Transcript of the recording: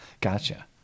gotcha